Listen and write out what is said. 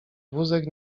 wózek